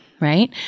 Right